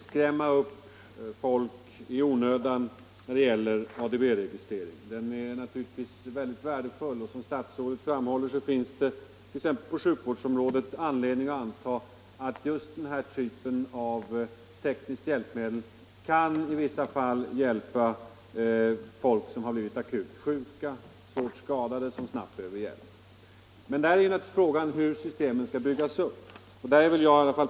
Herr talman! Man skall naturligtvis inte skrämma upp folk i onödan för ADB-registrering. Den är givetvis mycket värdefull. Som statsrådet framhöll finns det på sjukvårdsområdet anledning att anta att den här typen av tekniskt hjälpmedel kan vara till stor nytta i vissa fall, t.ex. när det gäller folk som blivit akut sjuka eller svårt skadade och som snabbt behöver hjälp. Men frågan är hur systemen skall byggas upp.